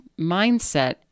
mindset